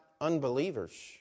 unbelievers